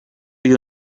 you